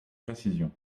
précisions